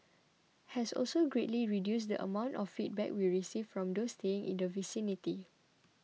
has also greatly reduced the amount of feedback we received from those staying in the vicinity